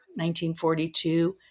1942